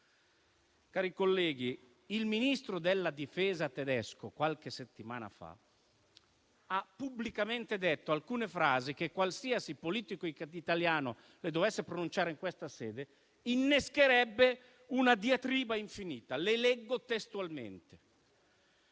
Cari colleghi, il Ministro della difesa tedesco, qualche settimana fa, ha pubblicamente detto alcune frasi che, qualsiasi politico italiano le dovesse pronunciare in questa sede, innescherebbero una diatriba infinita. Le leggo testualmente: